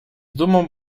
dumą